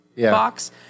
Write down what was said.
box